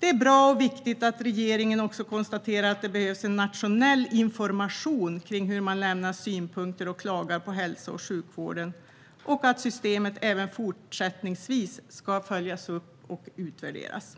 Det är också bra och viktigt att regeringen konstaterar att det behövs nationell information om hur man lämnar synpunkter och klagar på hälso och sjukvården och att systemet även fortsättningsvis ska följas upp och utvärderas.